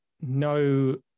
no